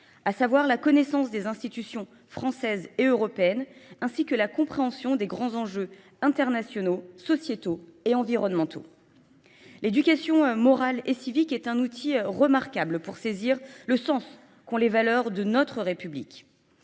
à savoir la connaissance des institutions françaises et européennes ainsi que la compréhension des grands enjeux internationaux, sociétaux et environnementaux. L'éducation morale et civique est un outil remarquable pour saisir le sens qu'ont les valeurs de notre République.